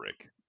rick